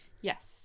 Yes